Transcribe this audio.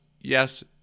yes